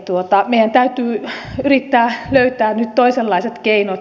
meidän täytyy yrittää löytää nyt toisenlaiset keinot